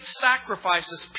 sacrifices